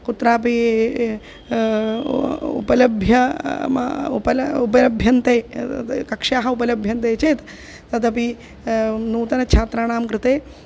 कुत्रापि उपलभ्य उपलभ्य उपलभ्यन्ते एतद् कक्ष्याः उपलभ्यन्ते चेत् तदपि नूतनछात्राणां कृते